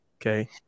Okay